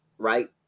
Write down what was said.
Right